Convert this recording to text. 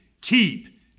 Keep